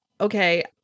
okay